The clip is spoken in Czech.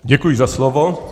Děkuji za slovo.